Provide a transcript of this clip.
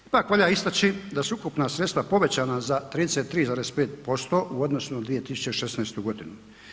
Ipak valja istaći da su ukupna sredstva povećana za 33,5% u odnosu na 2016. godinu.